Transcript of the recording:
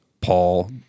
Paul